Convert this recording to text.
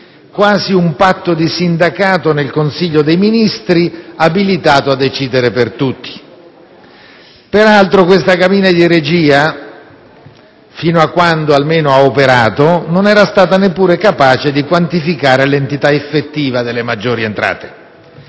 quasi un "patto di sindacato" nel Consiglio dei ministri, abilitato a decidere per tutti. Per altro, questa cabina di regia, almeno fino a quando ha operato, non era stata neppure capace di quantificare l'entità effettiva delle maggiori entrate.